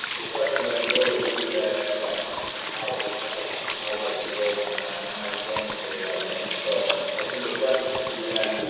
the question then is what do i do with that extra hours? right? and how do i deploy them? and am i deploying them for the right thing? so i think the question should be then,